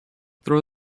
throw